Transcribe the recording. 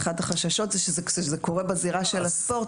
אחד החששות הוא שזה קורה בזירה של הספורט,